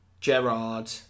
Gerard